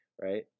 right